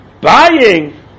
buying